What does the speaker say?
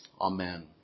Amen